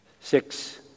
Six